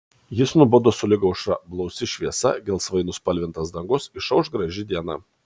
jis nubudo sulig aušra blausi šviesa gelsvai nuspalvintas dangus išauš graži diena